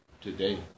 today